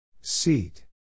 Seat